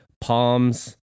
palms